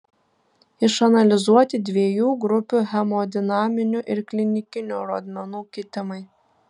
išanalizuoti dviejų grupių hemodinaminių ir klinikinių rodmenų kitimai